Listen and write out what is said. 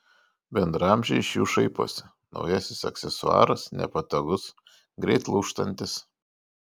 bendraamžiai iš jų šaiposi naujasis aksesuaras nepatogus greit lūžtantis